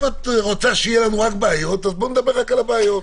אם את רוצה שיהיו לנו בעיות אז בואי נדבר רק על בעיות.